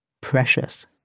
Precious